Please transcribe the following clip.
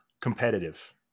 competitive